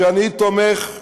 שאני תומך,